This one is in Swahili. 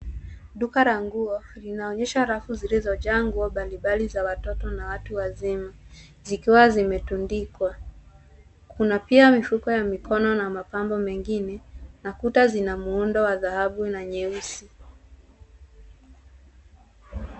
Duka la nguo, linaonyesha rafu zilizojaa nguo mbalimbali za watoto na watu wazima zikiwa zimetundikwa. Kuna pia mifuko ya mikono na mapambo mengine na kuta zina muundo wa dhahabu na nyeusi.